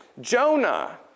Jonah